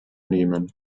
nehmen